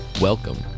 Welcome